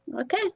Okay